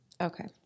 Okay